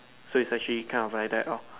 so it's actually kind of like that lor